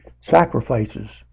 sacrifices